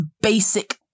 basic